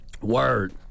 Word